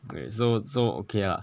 okay so so okay lah